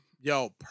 yo